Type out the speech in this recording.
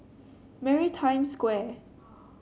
Maritime Square